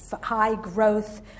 high-growth